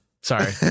Sorry